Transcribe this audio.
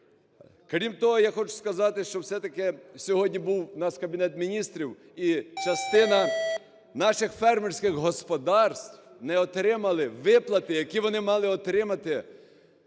Крім того, я хочу сказати, що (все-таки сьогодні був у нас Кабінет Міністрів) і частина наших фермерських господарств не отримали виплати, які вони мали отримати